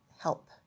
help